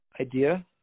idea